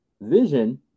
vision